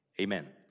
amen